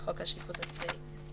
לחוק השיפוט הצבאי.